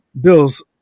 bills